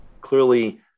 clearly